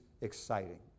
exciting